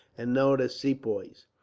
and known as sepoys.